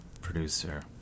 producer